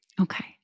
Okay